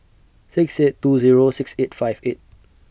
six eight two Zero six eight five eight